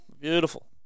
Beautiful